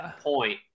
point